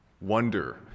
wonder